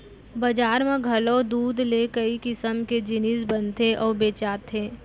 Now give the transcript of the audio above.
बजार म घलौ दूद ले कई किसम के जिनिस बनथे अउ बेचाथे